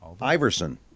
Iverson